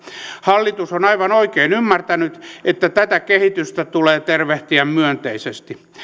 hallitus on aivan oikein ymmärtänyt että tätä kehitystä tulee tervehtiä myönteisesti